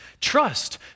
Trust